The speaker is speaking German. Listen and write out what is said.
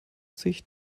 sich